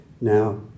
Now